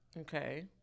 Okay